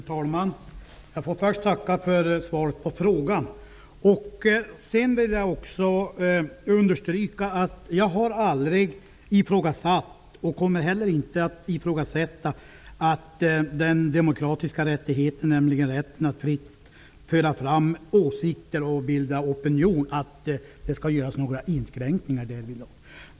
Fru talman! Jag får först tacka för svaret på frågan. Jag vill understryka att jag aldrig har ifrågasatt och heller inte kommer att ifrågasätta den demokratiska rättigheten att fritt föra fram åsikter och bilda opinion. Jag menar inte att det skall göras några inskränkningar därvidlag.